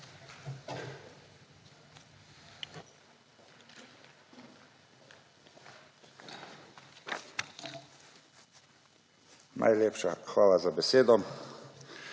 Najlepša hvala za besedo.